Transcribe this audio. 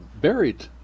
buried